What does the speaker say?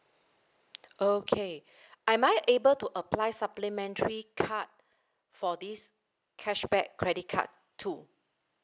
okay am I able to apply supplementary card for this cashback credit card too